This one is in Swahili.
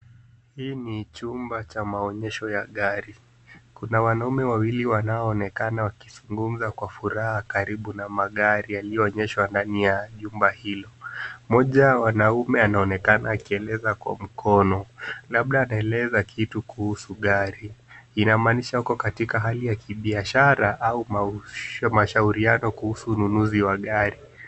Hii ni chumba cha maonyesho ya gari. Kuna wanaume Wawili wanaonekana wakizungumza kwa furaha karibu na magari yanayoonyeshwa ndani ya jumba hilo. Mmoja wa wanaume anaonekana akieleza kwa mkono. Labda anaeleza kitu kuhusu gari. Inamaanisha yuko katika hali ya biashara au mashauriano kuhusu ununuzi wa gari.